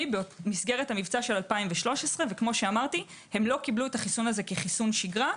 במסגרת המבצע של 2013 ולא קיבלו את החיסון הזה כחיסון שגרה.